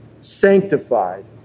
sanctified